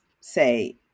say